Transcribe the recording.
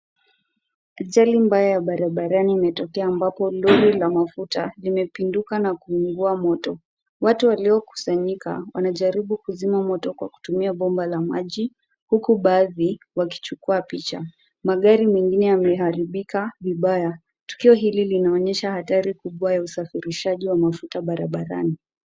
Ajali mbaya ya barabarani imetokea, ambapo lori la mafuta limepinduka na kuungua moto. Watu waliokusanyika wanajaribu kuzima moto kwa kutumia bomba la maji, huku baadhi wakichukua picha. Magari mengine yameharibika vibaya. Tukio hili linaonyesha hatari kubwa ya usafirishaji wa mafuta barabarani.